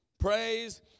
Praise